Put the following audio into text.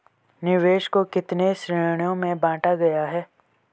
निवेश को कितने श्रेणियों में बांटा गया है?